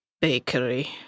bakery